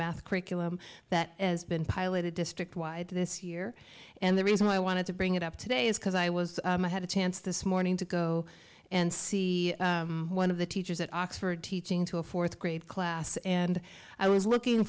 math curriculum that has been piloted district wide this year and the reason why i wanted to bring it up today is because i was i had a chance this morning to go and see one of the teachers at oxford teaching to a fourth grade class and i was looking